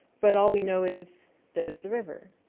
but all we know is there's the river,